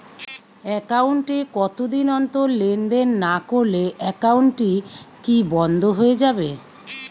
Account এ কতদিন অন্তর লেনদেন না করলে একাউন্টটি কি বন্ধ হয়ে যাবে?